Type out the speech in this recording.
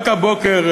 רק הבוקר,